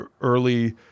early